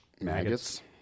maggots